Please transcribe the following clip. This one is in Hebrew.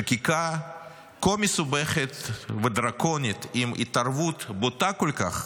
חקיקה כה מסובכת ודרקונית עם התערבות בוטה כל כך